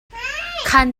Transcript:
khan